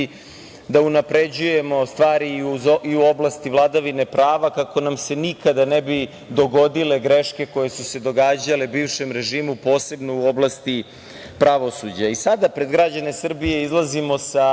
da unapređujemo stvari i u oblasti vladavine prava, kako nam se nikada ne bi dogodile greške koje su se događale bivšem režimu posebno u oblasti pravosuđa. Sada pred građane Srbije izlazimo sa